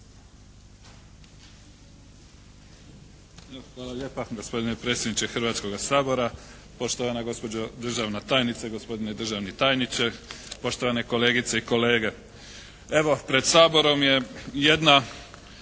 Hvala lijepa gospodinie predsjedniče Hrvatskoga sabora. Poštovana gospođo državna tajnice, gospodine državni tajniče, poštovane kolegice i kolege. Evo pred Saborom je jedna